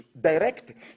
direct